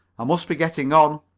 i must be getting on.